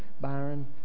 Byron